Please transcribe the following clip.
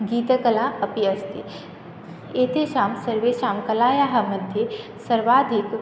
गीतकला अपि अस्ति एतासां सर्वासां कलायाः मध्ये सर्वादिक